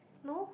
no